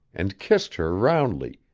and kissed her roundly,